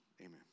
Amen